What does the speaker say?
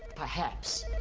perhaps,